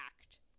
act